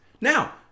Now